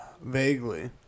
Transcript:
Vaguely